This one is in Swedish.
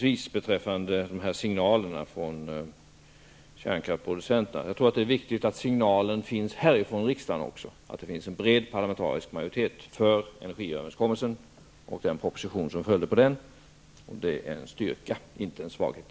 I fråga om signalerna till kärnkraftproducenterna, tror jag avslutningsvis att det är viktigt att det kommer en signal också från riksdagen om att det finns en bred parlamentarisk majoritet för energiöverenskommelsen och den proposition som följde på den. Det är en styrka, inte en svaghet.